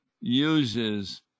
uses